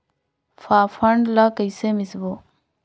फाफण ला कइसे मिसबो?